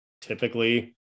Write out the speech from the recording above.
typically